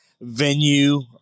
venue